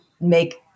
make –